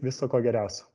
viso ko geriausio